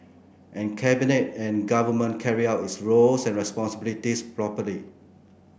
and Cabinet and Government carried out its roles and responsibilities properly